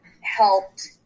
helped